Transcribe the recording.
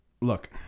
Look